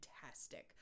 fantastic